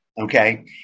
okay